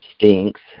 stinks